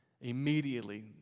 immediately